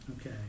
Okay